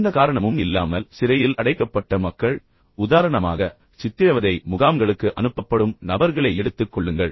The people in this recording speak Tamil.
எந்த காரணமும் இல்லாமல் சிறையில் அடைக்கப்பட்ட மக்கள் உதாரணமாக சித்திரவதை முகாம்களுக்கு அனுப்பப்படும் நபர்களை எடுத்துக் கொள்ளுங்கள்